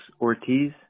Ortiz